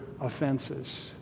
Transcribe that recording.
offenses